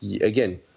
again –